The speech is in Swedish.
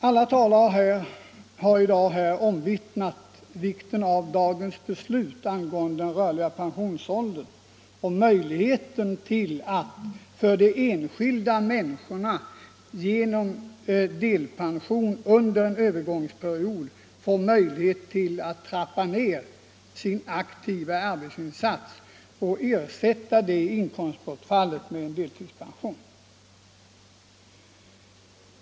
Alla talare i dag har omvittnat vikten av dagens beslut om den rörliga pensionsåldern och möjligheten för enskilda människor att genom delpension under en övergångstid kunna trappa ner sin aktiva arbetsinsats och ersätta inkomstbortfallet med deltidspension.